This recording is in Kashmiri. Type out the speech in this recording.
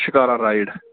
شِکارا رایڈ